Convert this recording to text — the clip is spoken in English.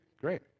great